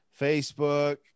Facebook